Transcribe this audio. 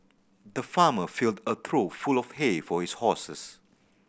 the farmer filled a trough full of hay for his horses